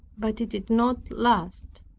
but it did not last.